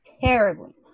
terribly